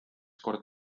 kord